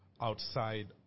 outside